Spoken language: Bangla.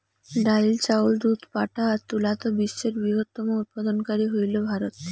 ডাইল, চাউল, দুধ, পাটা আর তুলাত বিশ্বের বৃহত্তম উৎপাদনকারী হইল ভারত